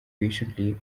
patiently